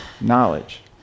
knowledge